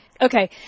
Okay